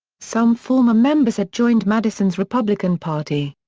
some former members had joined madison's republican party.